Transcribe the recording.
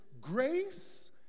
grace